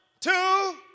two